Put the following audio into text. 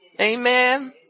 Amen